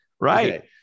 Right